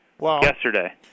yesterday